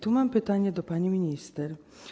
Tu mam pytanie do pani minister.